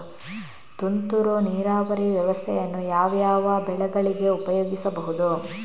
ತುಂತುರು ನೀರಾವರಿ ವ್ಯವಸ್ಥೆಯನ್ನು ಯಾವ್ಯಾವ ಬೆಳೆಗಳಿಗೆ ಉಪಯೋಗಿಸಬಹುದು?